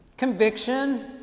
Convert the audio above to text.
Conviction